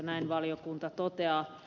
näin valiokunta toteaa